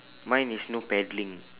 mine is no paddling